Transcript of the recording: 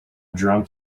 drunk